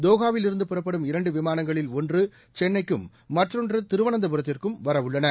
தோஹாவில் இருந்து புறப்படும் இரண்டு விமானங்களில் ஒன்று சென்னைக்கும் மற்றொன்று திருவனந்தபுரத்திற்கும் வர உள்ளன